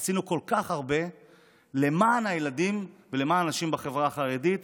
עשינו כל-כך הרבה למען הילדים ולמען אנשים בחברה החרדית,